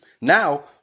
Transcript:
Now